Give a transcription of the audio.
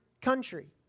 country